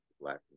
Black